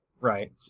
Right